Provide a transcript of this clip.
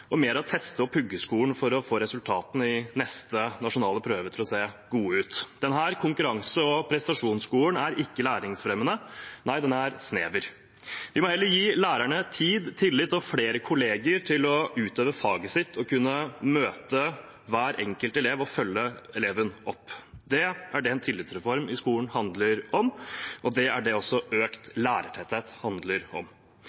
og mer av teste- og puggeskolen for å få resultatene i neste nasjonale prøve til å se gode ut. Denne konkurranse- og prestasjonsskolen er ikke læringsfremmende, nei, den er snever. Vi må heller gi lærerne tid, tillit og flere kolleger, slik at de kan utøve faget sitt og kan møte hver enkelt elev og følge eleven opp. Det er det en tillitsreform i skolen handler om. Det er også det økt lærertetthet handler om.